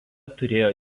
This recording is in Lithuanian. turėjo